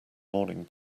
morning